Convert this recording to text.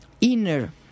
inner